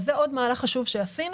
זה עוד מהלך חשוב שעשינו.